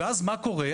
ואז מה קורה?